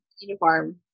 uniform